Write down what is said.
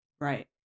Right